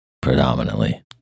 Predominantly